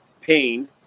pain